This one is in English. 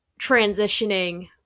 transitioning